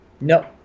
No